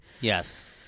Yes